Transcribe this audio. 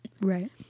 Right